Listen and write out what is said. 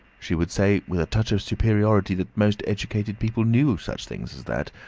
she would say with a touch of superiority that most educated people knew such things as that,